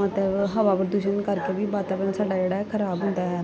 ਮਤਲਬ ਹਵਾ ਪ੍ਰਦੂਸ਼ਨ ਕਰਕੇ ਵੀ ਵਾਤਾਵਰਣ ਸਾਡਾ ਜਿਹੜਾ ਖਰਾਬ ਹੁੰਦਾ ਆ